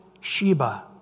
Sheba